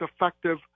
effective